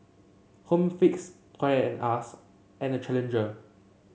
Home Fix Toy and Us and Challenger